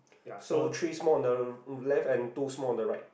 so three small on the left and two small on the right